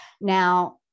now